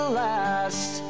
last